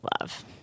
Love